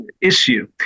issue